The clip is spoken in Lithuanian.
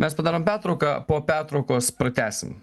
mes padarom pertrauką po pertraukos pratęsim